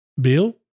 Bill